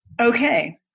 Okay